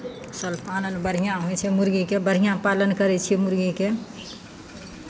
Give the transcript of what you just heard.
सभ पालन बढ़िआँ होइ छै मुरगीके बढ़िआँ पालन करै छियै मुरगीके